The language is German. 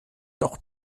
doch